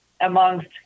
amongst